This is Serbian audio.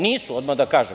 Nisu, odmah da kažem.